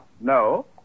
No